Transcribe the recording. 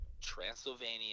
Transylvania